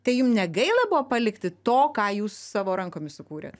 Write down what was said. tai jum negaila buvo palikti to ką jūs savo rankomis sukūrėt